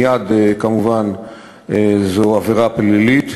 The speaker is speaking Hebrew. מייד כמובן זו עבירה פלילית.